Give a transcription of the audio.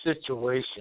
situation